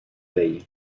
veille